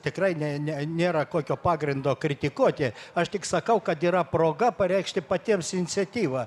tikrai ne ne nėra kokio pagrindo kritikuoti aš tik sakau kad yra proga pareikšti patiems iniciatyvą